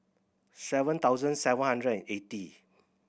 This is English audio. seven thousand seven hundred and eighty